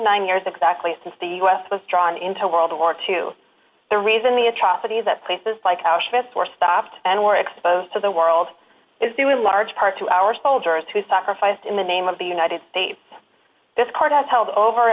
nine years exactly since the u s was drawn into world war two the reason the atrocities that places like auschwitz for stopped and were exposed to the world is due in large part to our soldiers who sacrificed in the name of the united states this court has held over